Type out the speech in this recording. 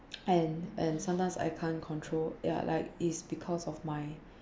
and and sometimes I can't control ya like it's because of my